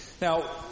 Now